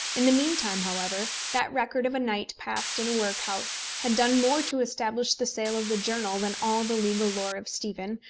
in the meantime, however, that record of a night passed in a workhouse had done more to establish the sale of the journal than all the legal lore of stephen,